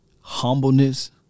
humbleness